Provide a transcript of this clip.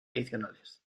adicionales